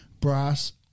brass